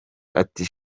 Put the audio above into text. ati